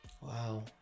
Wow